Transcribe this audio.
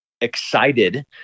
excited